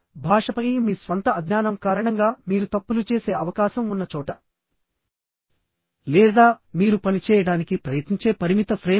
భాషపై మీ స్వంత అజ్ఞానం కారణంగా మీరు తప్పులు చేసే అవకాశం ఉన్న చోట లేదా మీరు పనిచేయడానికి ప్రయత్నించే పరిమిత ఫ్రేమ్వర్క్